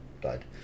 died